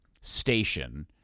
station